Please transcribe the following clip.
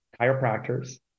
chiropractors